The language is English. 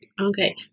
Okay